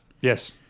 Yes